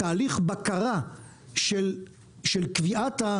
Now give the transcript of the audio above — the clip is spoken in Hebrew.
תהליך בקרה של קביעת,